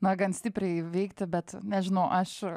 na gan stipriai veikti bet nežinau aš